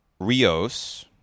Rios